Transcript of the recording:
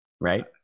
Right